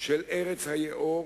של ארץ היאור